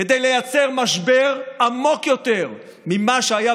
כדי לייצר משבר עמוק יותר ממה שהיה